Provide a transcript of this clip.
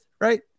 right